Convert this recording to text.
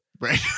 Right